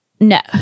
No